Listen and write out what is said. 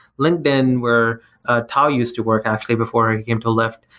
linkedin, where tao used to work actually before he came to lyft,